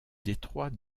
détroit